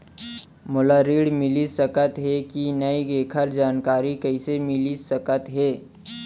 मोला ऋण मिलिस सकत हे कि नई एखर जानकारी कइसे मिलिस सकत हे?